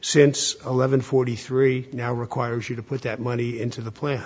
since eleven forty three now requires you to put that money into the